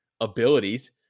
abilities